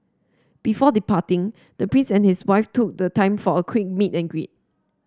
before departing the prince and his wife took the time for a quick meet and greet